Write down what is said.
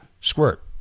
Squirt